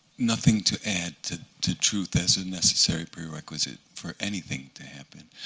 nothing to add to to truth as a necessary prerequisite for anything to happen,